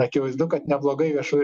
akivaizdu kad neblogai viešųjų